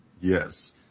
Yes